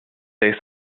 say